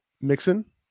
Mixon